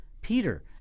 peter